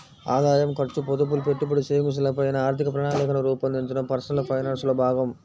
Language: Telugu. ఆదాయం, ఖర్చు, పొదుపులు, పెట్టుబడి, సేవింగ్స్ ల పైన ఆర్థిక ప్రణాళికను రూపొందించడం పర్సనల్ ఫైనాన్స్ లో భాగం